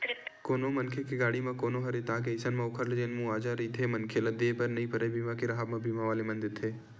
कोनो मनखे के गाड़ी म कोनो ह रेतागे अइसन म ओखर जेन मुवाजा रहिथे मनखे ल देय बर नइ परय बीमा के राहब म बीमा वाले देथे